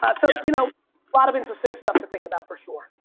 um so you know a lot of interesting stuff to think about for sure.